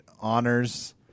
Honors